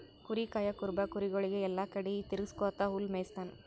ಕುರಿ ಕಾಯಾ ಕುರುಬ ಕುರಿಗೊಳಿಗ್ ಎಲ್ಲಾ ಕಡಿ ತಿರಗ್ಸ್ಕೊತ್ ಹುಲ್ಲ್ ಮೇಯಿಸ್ತಾನ್